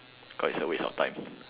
cause it is a waste of time